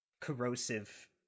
corrosive